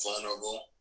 vulnerable